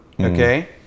okay